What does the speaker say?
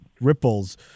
ripples